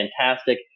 fantastic